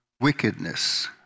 wickedness